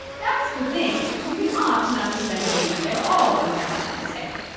that's the thing, you could opt not to spend any money at all on valentine's day,